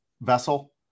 vessel